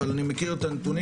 אבל אני מכיר את הנתונים,